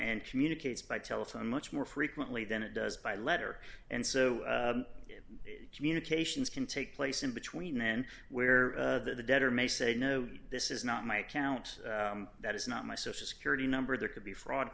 and communicates by telephone much more frequently than it does by letter and so communications can take place in between then where the debtor may say no this is not my account that is not my social security number there could be fraud